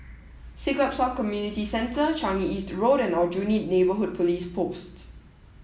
Siglap South Community Centre Changi East Road and Aljunied Neighbourhood Police Post